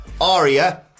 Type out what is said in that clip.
Aria